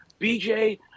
BJ